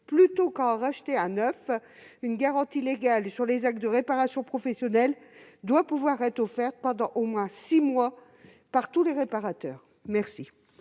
plutôt qu'à en racheter un neuf, une garantie légale sur les actes de réparation professionnelle doit pouvoir être offerte pendant au moins six mois par tous les réparateurs. Quel